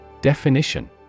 Definition